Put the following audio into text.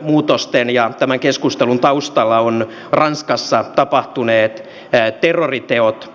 lainsäädäntömuutosten ja tämän keskustelun taustalla ovat ranskassa tapahtuneet terroriteot